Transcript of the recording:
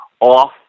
off